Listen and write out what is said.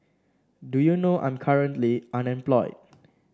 do you know I'm currently unemployed